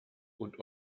und